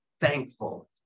thankful